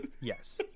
Yes